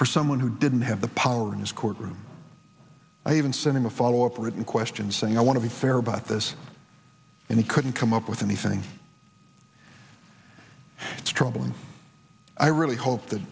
for someone who didn't have the power in his courtroom i even sent him a follow up a written question saying i want to be fair about this and he couldn't come up with anything troubling i really hope that